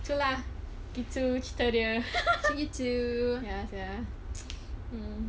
tu lah itu cerita dia mm